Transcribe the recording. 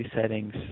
settings